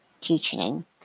teaching